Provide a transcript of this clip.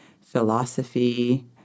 philosophy